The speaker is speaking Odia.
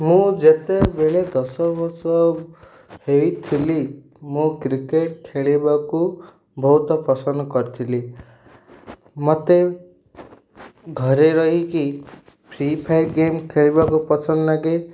ମୁଁ ଯେତେବେଳେ ଦଶ ବର୍ଷ ହେଇଥିଲି ମୁଁ କ୍ରିକେଟ୍ ଖେଳିବାକୁ ବହୁତ ପସନ୍ଦ କରିଥିଲି ମୋତେ ଘରେ ରହିକି ଫ୍ରି ଫାୟାର୍ ଗେମ୍ ଖେଳିବାକୁ ପସନ୍ଦ ଲାଗେ